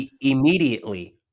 Immediately